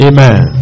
Amen